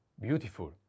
beautiful